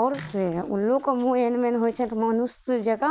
आओर से उल्लूके मुँह एहन एहन होइ छै तऽ मनुष्य जेकाँ